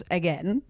again